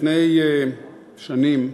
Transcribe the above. לפני שנים,